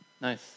Nice